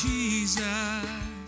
Jesus